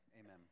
Amen